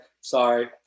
Sorry